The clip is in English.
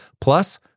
Plus